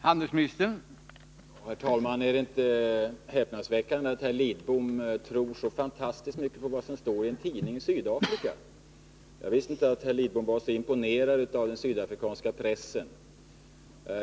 Herr talman! Är det inte häpnadsväckande att herr Lidbom tror så fantastiskt mycket på vad som står i en tidning i Sydafrika? Jag visste inte att herr Lidbom var så imponerad av den sydafrikanska pressen.